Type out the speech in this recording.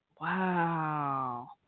wow